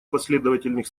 последовательных